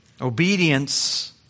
Obedience